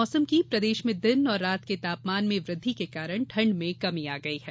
मौसम प्रदेश में दिन और रात के तापमान में वृद्धि के कारण ठंड में कमी आ गई है